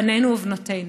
בנינו ובנותינו.